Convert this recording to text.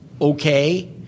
okay